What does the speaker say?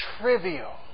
trivial